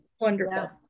wonderful